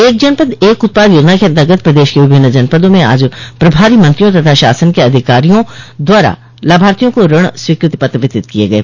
एक जनपद एक उत्पाद योजना के अन्तर्गत प्रदेश के विभिन्न जनपदों में आज प्रभारी मंत्रियों तथा शासन के अधिकारियों द्वारा लाभार्थियों को ऋण स्वीकृति पत्र वितरित किये गये